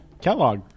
Kellogg